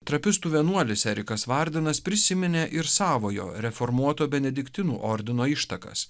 trapistų vienuolis erikas vardenas prisiminė ir savojo reformuoto benediktinų ordino ištakas